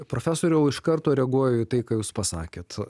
profesoriau iš karto reaguoju į tai ką jūs pasakėt